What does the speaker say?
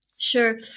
Sure